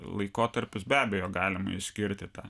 laikotarpius be abejo galima išskirti tą